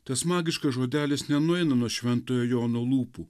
tas magiškas žodelis nenueina nuo šventojo jono lūpų